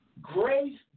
Grace